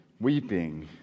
weeping